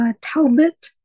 Talbot